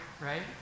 right